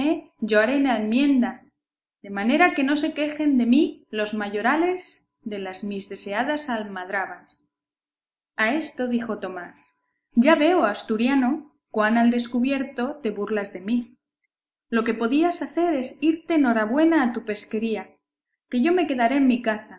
la enmienda de manera que no se quejen de mí los mayorales de las mis deseadas almadrabas a esto dijo tomás ya veo asturiano cuán al descubierto te burlas de mí lo que podías hacer es irte norabuena a tu pesquería que yo me quedaré en mi caza